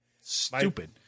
Stupid